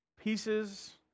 pieces